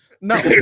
No